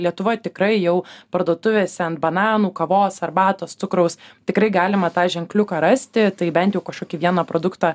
lietuvoj tikrai jau parduotuvėse ant bananų kavos arbatos cukraus tikrai galima tą ženkliuką rasti tai bent jau kažkokį vieną produktą